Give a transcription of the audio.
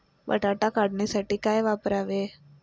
बटाटा काढणीसाठी काय वापरावे?